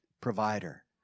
provider